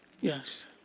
Yes